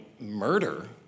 murder